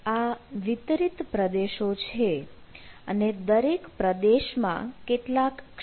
આ વિતરીત પ્રદેશો છે અને દરેક પ્રદેશમાં કેટલાક ક્ષેત્ર છે